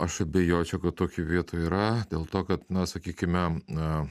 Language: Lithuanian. aš abejočiau kad tokių vietų yra dėl to kad na sakykime na